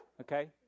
okay